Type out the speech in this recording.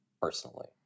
Personally